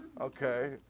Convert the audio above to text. Okay